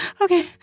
okay